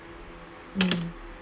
mm